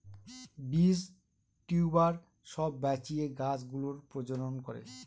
বীজ, টিউবার সব বাঁচিয়ে গাছ গুলোর প্রজনন করে